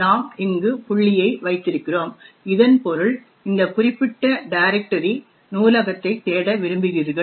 நாம் இங்கு புள்ளியை வைத்திருக்கிறோம் இதன் பொருள் இந்த குறிப்பிட்ட டரேக்டரியில் நூலகத்தைத் தேட விரும்புகிறீர்கள்